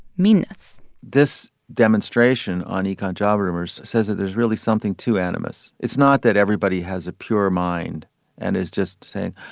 meanness this demonstration on econ job rumors says that there's really something to animus. it's not that everybody has a pure mind and is just saying,